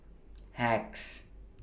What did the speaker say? Hacks